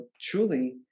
truly